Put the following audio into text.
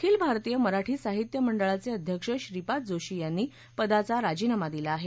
आखिल भारतीय मराठी साहित्य मंडळाचे अध्यक्ष श्रीपाद जोशी यांनी पदाचा राजीनामा दिला आहे